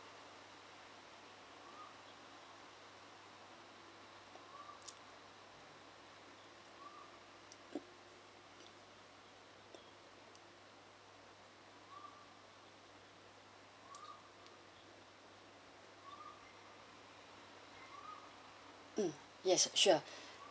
mm yes sure